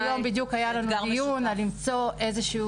היום בדיוק היה לנו דיון למצוא איזשהם